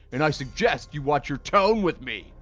and i suggest you watch your tone with me.